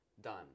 done